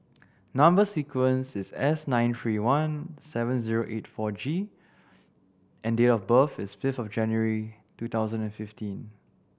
number sequence is S nine three one seven zero eight four G and date of birth is fifth of January two thousand and fifteen